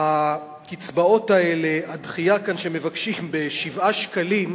הקצבאות האלה, הדחייה כאן, שמבקשים, של 7 שקלים,